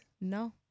No